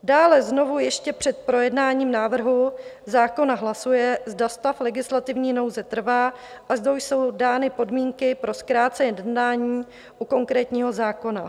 Dále znovu ještě před projednáním návrhu zákona hlasuje, zda stav legislativní nouze trvá a zda jsou dány podmínky pro zkrácené jednání u konkrétního zákona.